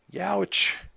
Ouch